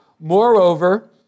Moreover